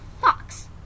Fox